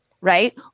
right